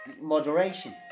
moderation